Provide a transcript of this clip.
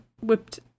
whipped